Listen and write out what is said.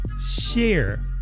share